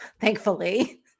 thankfully